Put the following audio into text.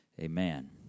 Amen